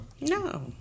No